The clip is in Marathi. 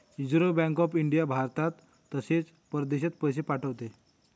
रिझर्व्ह बँक ऑफ इंडिया भारतात तसेच परदेशात पैसे पाठवते